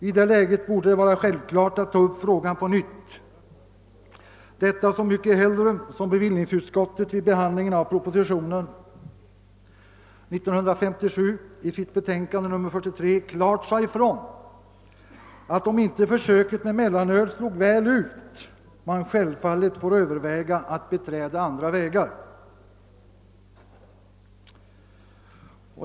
I det läget borde det vara självklart att ta upp frågan på nytt, detta så mycket mer som bevillningsutskottet vid behandlingen av propositionen 1937 i sitt betänkande nr 43 klart sade ifrån, att om inte försök med mellanölet slog väl ut, man självfallet får överväga att beträda andra vägar.